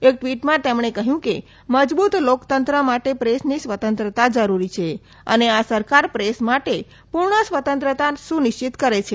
એક ટવીટમાં તેમણે કહયું કે મજબુત લોકતંત્ર માટે પ્રેસની સ્વતંત્રતા જરૂરી છે અને આ સરકાર પ્રેસ માટે પુર્ણ સ્વતંત્રતા સુનિશ્ચિત કરે છે